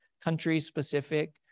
country-specific